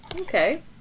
Okay